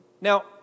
Now